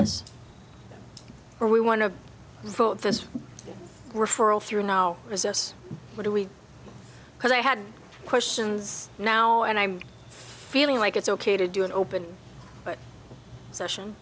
this or we want to vote this referral through now as us what are we because i had questions now and i'm feeling like it's ok to do an open session